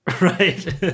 right